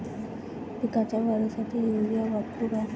पिकाच्या वाढीसाठी युरिया वापरू का?